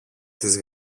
της